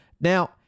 Now